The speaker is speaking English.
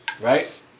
right